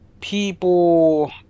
people